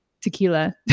tequila